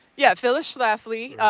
yeah, phyllis schlafly.